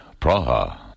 Praha